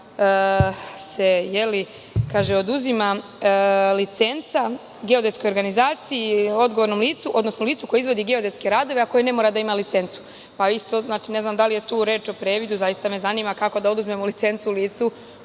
da se oduzima licenca geodetskoj organizaciji, odgovornom licu, odnosno licu koje izvodi geodetske radove, a koje ne mora da ima licencu. Ne znam da li je tu reč o previdu, ne znam kako da oduzmemo licencu licu